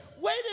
wait